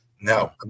no